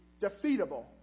defeatable